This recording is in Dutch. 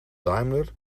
daimler